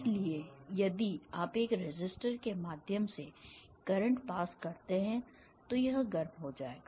इसलिए यदि आप एक रेसिस्टर के माध्यम से करंट पास करते हैं तो यह गर्म हो जाएगा